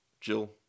Jill